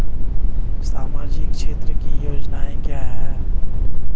सामाजिक क्षेत्र की योजनाएं क्या हैं?